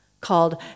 called